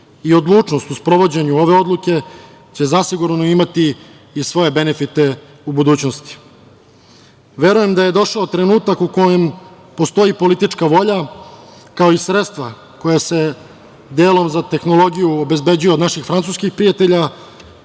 i odlučnost u sprovođenju ove odluke će zasigurno imati i svoje benefite u budućnosti. Verujem da je došao trenutak u kojem postoji politička volja, kao i sredstva koja se delom za tehnologiju obezbeđuje od naših francuskih prijatelja,